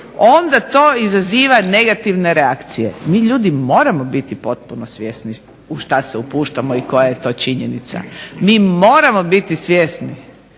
onda to izaziva negativne reakcije. Mi ljudi moramo biti potpuno svjesni u šta se upuštamo i koja je to činjenica. Mi moramo biti svjesni